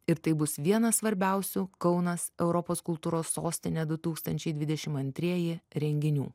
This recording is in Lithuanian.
ir tai bus vienas svarbiausių kaunas europos kultūros sostinė du tūkstančiai dvidešim antrieji renginių